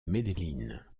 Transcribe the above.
medellín